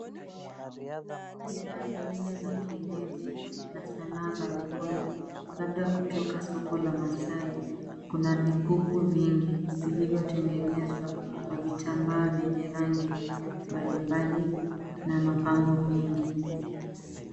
Bidhaa nyingine za kienyeji na sanaa za mikono, labda kutoka soko la masai. Kuna vikuku vingi vilivyotengenezwa kwa vitambaa vyenye rangi mbalimbali na mapambo mengi.